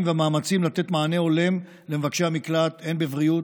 והמאמצים לתת מענה הולם למבקשי המקלט הן בבריאות,